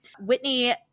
whitney